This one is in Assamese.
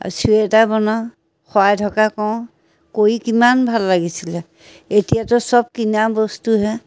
আৰু চুৱেটাৰ বনাওঁ শৰাই থকা কৰোঁ কৰি কিমান ভাল লাগিছিলে এতিয়াতো চব কিনা বস্তুহে